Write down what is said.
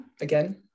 again